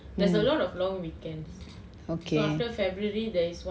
mm okay